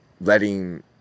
letting